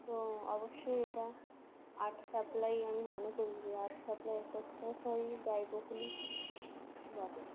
তো অবশ্যই এটা আর্ট সাপ্লাই আমি মনে করি যে আর্ট সাপ্লাই একটা স্টেশনারি ব্যয়বহুলই বটে